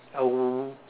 I will